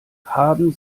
haben